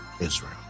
Israel